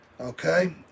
okay